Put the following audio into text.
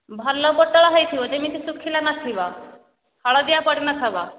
ଭଲ ପୋଟଳ ହୋଇଥିବ ଯେମିତି ଶୁଖିଲା ନଥିବ ହଳଦିଆ ପଡ଼ି ନଥିବ